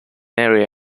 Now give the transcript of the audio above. area